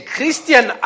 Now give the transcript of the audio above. Christian